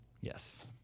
Yes